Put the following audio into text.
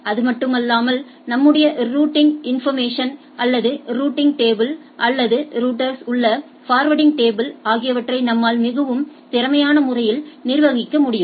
அது மட்டுமில்லாமல் நம்முடைய ரூட்டிங் இன்ஃபா்மேசன் அல்லது ரூட்டிங் டேபிள் அல்லது ரௌட்டர்ஸில் உள்ள ஃபர்வேர்டிங் டேபிள் ஆகியவற்றை நம்மால் மிகவும் திறமையான முறையில் நிர்வகிக்க முடியும்